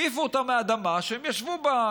העיפו אותם מהאדמה שהם ישבו בה,